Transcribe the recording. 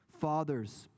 Fathers